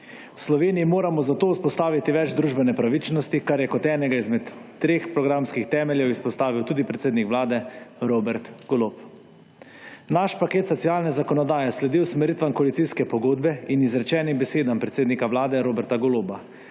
V Sloveniji moramo zato vzpostaviti več družbene pravičnosti, kar je kot enega izmed treh programskih temeljev izpostavil tudi predsednik vlade Robert Golob. Naš paket socialne zakonodaje sledi usmeritvam koalicijske pogodbe in izrečenim besedam predsednika vlade Roberta Goloba.